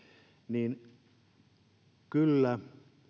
niin kyllä